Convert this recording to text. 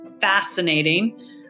fascinating